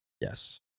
yes